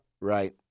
Right